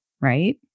right